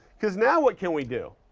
because now what can we do?